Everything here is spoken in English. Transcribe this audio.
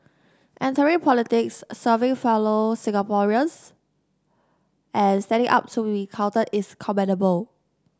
entering politics serving fellow Singaporeans and standing up to be counted is commendable